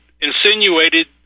insinuated